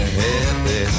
happy